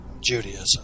Judaism